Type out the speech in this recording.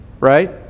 Right